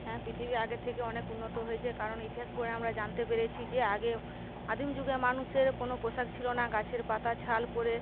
হ্যাঁ পৃথিবী আগের থেকে অনেক উন্নত হয়েছে কারণ ইতিহাস পড়ে আমরা জানতে পেরেছি যে আগে আদিম যুগে মানুষের কোনো পোশাক ছিল না গাছের পাতা ছাল পরে